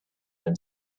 than